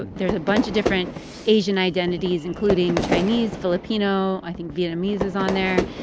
there's a bunch of different asian identities, including chinese, filipino i think vietnamese is on there